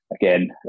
again